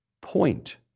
Point